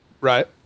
right